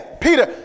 Peter